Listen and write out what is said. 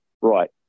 right